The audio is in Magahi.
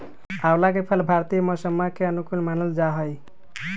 आंवला के फल भारतीय मौसम्मा के अनुकूल मानल जाहई